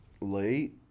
late